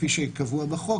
כפי שקבוע בחוק,